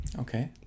Okay